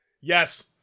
Yes